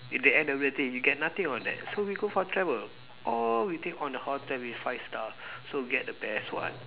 in the end of the day you get nothing on that so we go for travel or we take on the hotel with five star so we get the best one